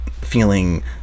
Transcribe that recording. feeling